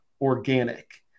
organic